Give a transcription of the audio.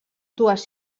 dues